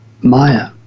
Maya